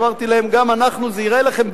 אמרתי להם: זה ייראה לכם דמיוני,